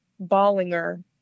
Bollinger